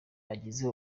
ugize